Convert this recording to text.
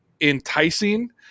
enticing